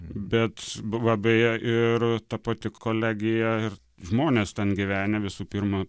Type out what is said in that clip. bet va beje ir ta pati kolegija ir žmonės ten gyvenę visų pirma